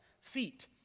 feet